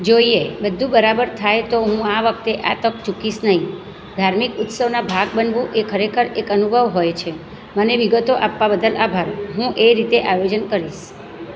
જોઈએ બધું બરાબર થાય તો હું આ વખતે આ તક ચૂકીશ નહિ ધાર્મિક ઉત્સવના ભાગ બનવું એ ખરેખર એક અનુભવ હોય છે મને વિગતો આપવા બદલ આભાર હું એ રીતે આયોજન કરીશ